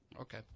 Okay